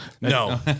No